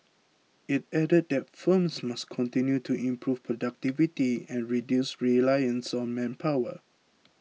it added that firms must continue to improve productivity and reduce reliance on manpower